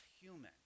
human